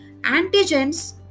Antigens